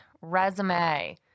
resume